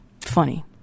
Funny